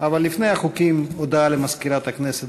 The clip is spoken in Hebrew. אבל לפני החוקים, הודעה למזכירת הכנסת.